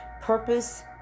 purpose